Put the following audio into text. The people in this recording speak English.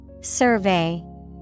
Survey